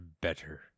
better